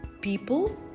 people